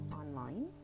online